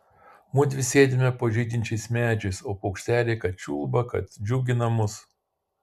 mudvi sėdime po žydinčiais medžiais o paukšteliai kad čiulba kad džiugina mus